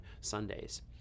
Sundays